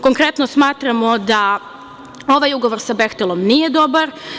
Konkretno smatramo da ovaj ugovor sa „Behtelom“ nije dobar.